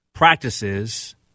practices